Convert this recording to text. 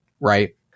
right